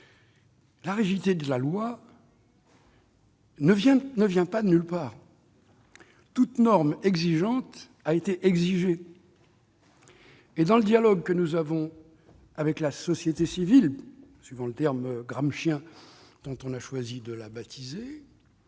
La rigidité de la loi ne vient pas de nulle part. Toute norme exigeante a été exigée. Dans le dialogue que nous avons avec la « société civile », selon le terme gramscien par lequel on a choisi de la baptiser,